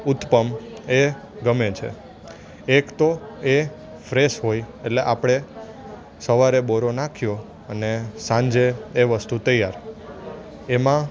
ઊત્તપમ એ ગમે છે એક તો એ ફ્રેશ હોય એટલે આપણે સવારે બોરો નાખ્યો અને સાંજે એ વસ્તુ તૈયાર એમાં